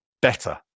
better